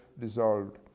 dissolved